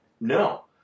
No